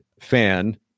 fan